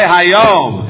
Hayom